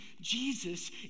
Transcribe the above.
Jesus